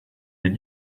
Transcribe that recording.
les